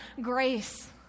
grace